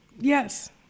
Yes